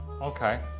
Okay